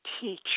teach